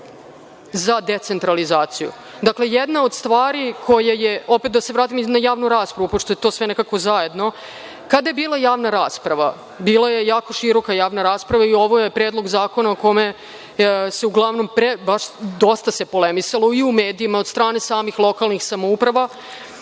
za decentralizaciju. Jedna od stvari, opet da se vratim na javnu raspravu, pošto je to sve zajedno, kada je bila javna rasprava, bila je jako široka javna rasprava i ovo je Predlog zakona o kome se dosta polemisalo i u medijima, od strane samih lokalnih samouprava.